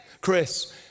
Chris